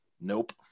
nope